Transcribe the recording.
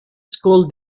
school